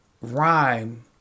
rhyme